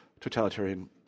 totalitarian